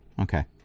Okay